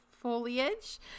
foliage